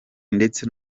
ndetse